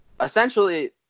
essentially